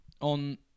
on